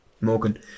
Morgan